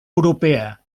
europea